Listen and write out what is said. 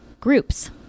groups